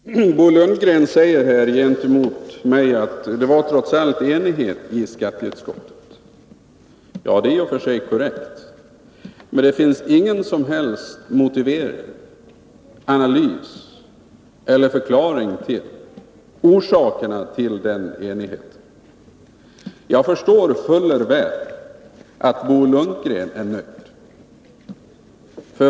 Herr talman! Bo Lundgren säger här gentemot mig att det trots allt var enighet i skatteutskottet. Ja, det är i och för sig korrekt, men det fanns ingen som helst motivering, analys eller förklaring till orsakerna till den enigheten. Jag förstår fuller väl att Bo Lundgren är nöjd.